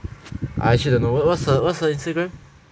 I actually don't know what's her what's her Instagram